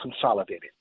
consolidated